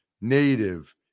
Native